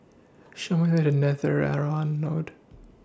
Show Me The Way to Netheravon Road